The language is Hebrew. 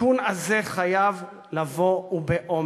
התיקון הזה חייב לבוא, ובאומץ.